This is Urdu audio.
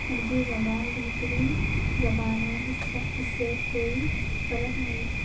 اردو زبان بہترین زبان ہے اس سا اس سے کوئی فرق نہیں ہے